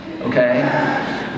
okay